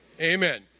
Amen